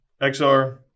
XR